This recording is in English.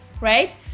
right